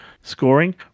scoring